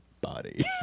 body